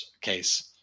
case